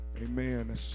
Amen